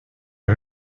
les